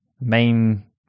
main